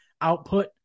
output